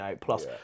plus